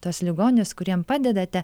tuos ligonius kuriem padedate